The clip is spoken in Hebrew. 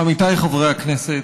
עמיתיי חברי הכנסת,